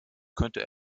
könnte